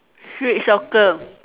street soccer